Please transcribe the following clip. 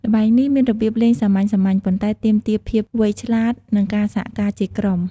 ល្បែងនេះមានរបៀបលេងសាមញ្ញៗ ប៉ុន្តែទាមទារភាពវៃឆ្លាត និងការសហការជាក្រុម។